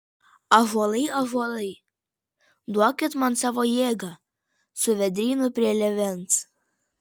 ąžuolai ąžuolai duokit man savo jėgą su vėdrynu prie lėvens